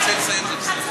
שותף לעבריינות, ודאי.